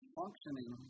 functioning